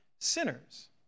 sinners